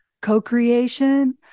co-creation